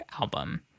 album